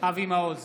אבי מעוז,